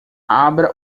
abra